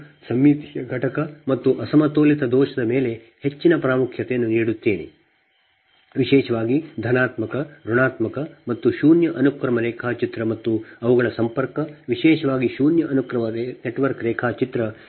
ನಾನು ಸಮ್ಮಿತೀಯ ಘಟಕ ಮತ್ತು ಅಸಮತೋಲಿತ ದೋಷದ ಮೇಲೆ ಹೆಚ್ಚಿನ ಪ್ರಾಮುಖ್ಯತೆಯನ್ನು ನೀಡುತ್ತೇನೆ ವಿಶೇಷವಾಗಿ ಧನಾತ್ಮಕ ಋಣಾತ್ಮಕ ಮತ್ತು ಶೂನ್ಯ ಅನುಕ್ರಮ ರೇಖಾಚಿತ್ರಮತ್ತು ಅವುಗಳ ಸಂಪರ್ಕ ವಿಶೇಷವಾಗಿ ಶೂನ್ಯ ಅನುಕ್ರಮ ನೆಟ್ವರ್ಕ್ ರೇಖಾಚಿತ್ರ